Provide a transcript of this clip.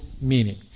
meaning